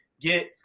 get